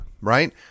right